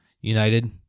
United